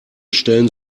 stellen